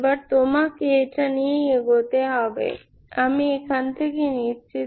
এবার তোমাকে এটা নিয়েই এগোতে হবে আমি এখান থেকে নিচ্ছি